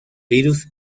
virus